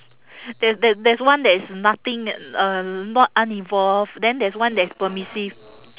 there there there's one that is nothing uh not uninvolved then there's one that is permissive